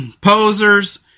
posers